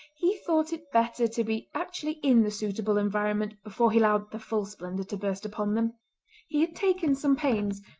he thought it better to be actually in the suitable environment before he allowed the full splendour to burst upon them. he had taken some pains,